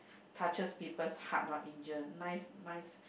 touches people heart loh angel nice nice